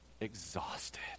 exhausted